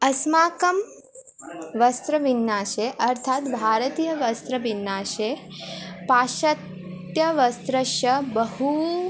अस्माकं वस्त्रविन्यासे अर्थात् भारतीय वस्त्रविन्यासे पाश्चात्य वस्त्रस्य बहु